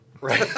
Right